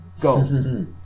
go